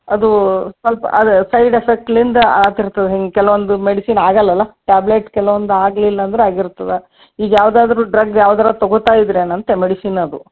ಅದು ಸ್ವಲ್ಪ ಅದು ಸೈಡ್ ಎಫೆಕ್ಟಿಂದ ಆತಿರ್ತದೆ ಹಿಂಗೆ ಕೆಲ್ವೊಂದು ಮೆಡಿಸಿನ್ ಆಗಲ್ವಲ್ಲ ಟ್ಯಾಬ್ಲೆಟ್ ಕೆಲವೊಂದು ಆಗ್ಲಿಲ್ಲ ಅಂದ್ರೆ ಆಗಿರ್ತದೆ ಈಗ ಯಾವುದಾದ್ರೂ ಡ್ರಗ್ ಯಾವ್ದಾರೂ ತೊಗೋತ ಇದ್ರಾ ಏನಂತ ಮೆಡಿಸಿನ್ ಅದು